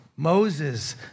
Moses